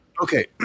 Okay